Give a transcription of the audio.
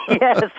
Yes